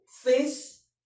face